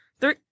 three